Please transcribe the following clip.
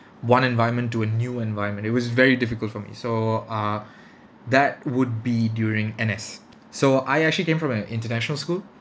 one environment to a new environment it was very difficult for me so uh that would be during N_S so I actually came from an international school